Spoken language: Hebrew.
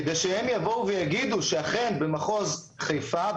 כדי שהם יבואו ויגידו שאכן במחוז חיפה,